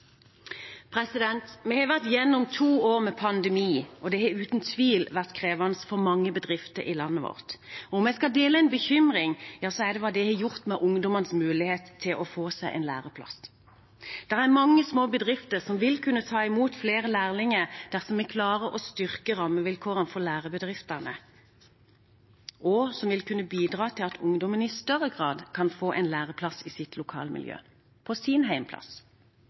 Vi har vært gjennom to år med pandemi, og det har uten tvil vært krevende for mange bedrifter i landet vårt. Om jeg skal dele en bekymring, så er det hva det har gjort med ungdommenes mulighet til å få seg en læreplass. Det er mange små bedrifter som vil kunne ta imot flere lærlinger dersom vi klarer å styrke rammevilkårene for lærebedriftene, og som vil kunne bidra til at ungdommen i større grad kan få en læreplass i sitt lokalmiljø, på sin